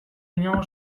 inongo